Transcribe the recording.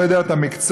לא יודע את המקצוע.